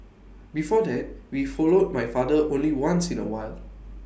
before that we followed my father only once in A while